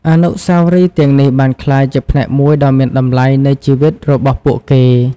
អនុស្សាវរីយ៍ទាំងនេះបានក្លាយជាផ្នែកមួយដ៏មានតម្លៃនៃជីវិតរបស់ពួកគេ។